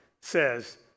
says